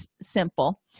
simple